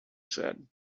said